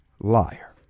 Liar